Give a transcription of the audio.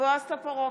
בועז טופורובסקי,